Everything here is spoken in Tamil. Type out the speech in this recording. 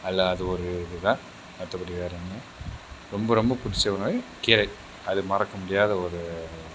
நல்ல அது ஒரு இதுதான் மற்றபடி வேறே ஒன்று ரொம்ப ரொம்ப பிடிச்சதுனால் கீரை அது மறக்க முடியாத ஒரு